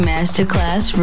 Masterclass